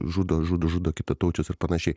žudo žudo žudo kitataučius ir panašiai